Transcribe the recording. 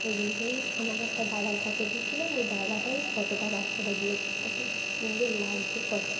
ওই দিন করে আমার একটা দাদার কাছে দিয়েছিলাম ওই দাদাটাই ফটোটা বার করে দিয়েছে কত সুন্দর লাগছে ফটোটা